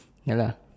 ya lah